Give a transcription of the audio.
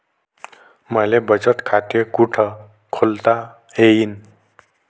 मले बचत खाते कुठ खोलता येईन?